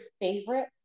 favorite